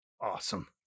awesome